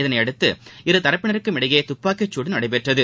இதனைஅடுத்து இருதரப்பினருக்கும் இடையேதுப்பாக்கி சூடு நடைபெற்றது